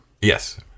Yes